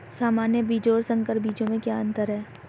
सामान्य बीजों और संकर बीजों में क्या अंतर है?